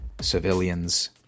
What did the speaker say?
civilians